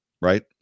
Right